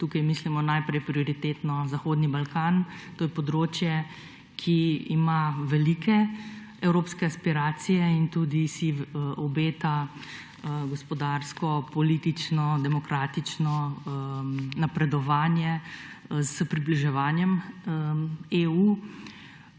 tukaj mislimo najprej, prioritetno na Zahodni Balkan. To je področje, ki ima velike evropske aspiracije, in si tudi obeta gospodarsko, politično, demokratično napredovanje s približevanjem EU.